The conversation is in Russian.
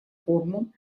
форумом